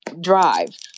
drive